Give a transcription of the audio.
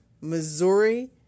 Missouri